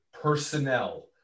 personnel